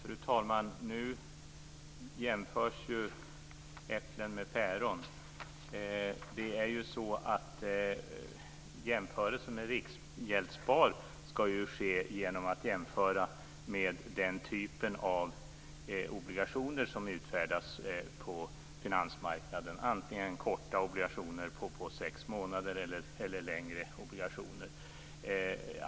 Fru talman! Nu jämförs äpplen med päron. Jämförelser med Riksgäldsspar ska ske genom att man jämför med den typ av obligationer som utfärdas på finansmarknaden - antingen korta obligationer på sex månader eller längre obligationer.